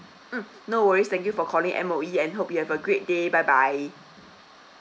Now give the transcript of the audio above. mm no worries thank you for calling M_O_E and hope you have a great day bye bye